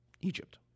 Egypt